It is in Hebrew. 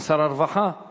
הוא גם שר הרווחה